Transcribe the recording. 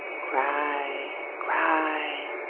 cry, cry.